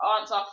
answer